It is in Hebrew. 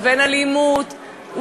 לבין אלימות,